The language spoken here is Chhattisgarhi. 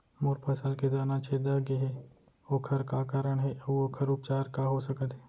मोर फसल के तना छेदा गेहे ओखर का कारण हे अऊ ओखर उपचार का हो सकत हे?